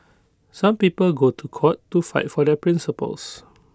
some people go to court to fight for their principles